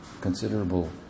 considerable